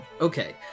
Okay